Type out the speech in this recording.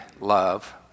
love